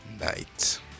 night